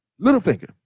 Littlefinger